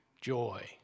joy